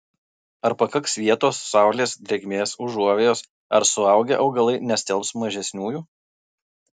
ar pakaks vietos saulės drėgmės užuovėjos ar suaugę augalai nestelbs mažesniųjų